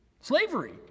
Slavery